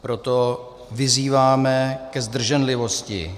Proto vyzýváme ke zdrženlivosti.